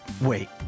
Wait